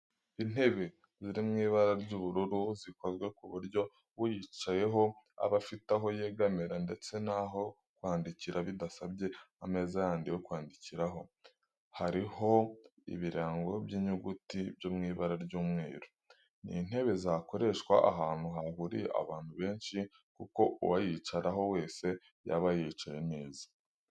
Intebe ziri mu ibara ry'ubururu zikozwe ku buryo uyicayeho aba afite aho yegamira ndetse n'aho kwandikira bidasabye ameza yandi yo kwandikiraho, hariho ibirango by'inyuguti byo mw'ibara ry'umweru. Ni intebe zakoreshwa ahantu hahuriye abantu benshi kuko uwayicaraho wese yaba yicaye neza.